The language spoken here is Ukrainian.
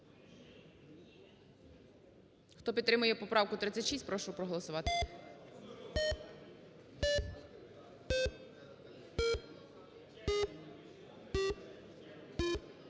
Хто підтримує поправку 36, прошу проголосувати.